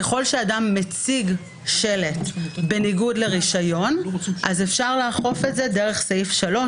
ככל שאדם מציג שלט בניגוד לרישיון אפשר לאכוף את זה דרך סעיף 3,